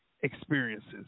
experiences